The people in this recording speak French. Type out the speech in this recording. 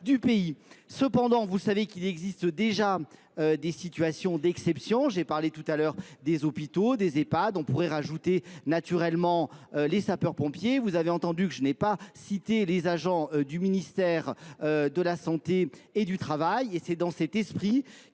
Cependant, vous savez qu'il existe déjà des situations d'exception. J'ai parlé tout à l'heure des hôpitaux, des EHPAD, on pourrait rajouter naturellement les sapeurs-pompiers. Vous avez entendu que je n'ai pas cité les agents du ministère de la Santé et du Travail